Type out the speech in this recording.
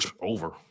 Over